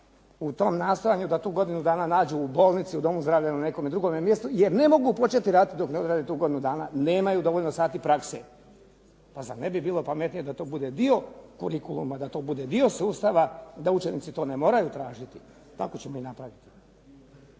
u tom nastojanju da tu godinu nađu u bolnici, u domu zdravlja ili na nekome drugome mjestu, jer ne mogu početi raditi dok ne odrade tu godinu dana. Nemaju dovoljno sati prakse. Pa zar ne bi bilo pametnije da to bude dio kurikuluma, da to bude dio sustava da učenici to ne moraju tražiti, tako ćemo i napraviti.